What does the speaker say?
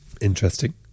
Interesting